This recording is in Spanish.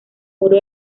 muro